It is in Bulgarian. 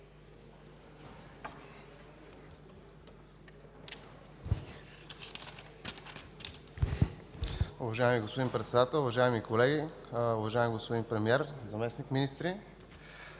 Уважаеми господин Председател, уважаеми колеги, уважаеми господин Премиер, заместник-министри!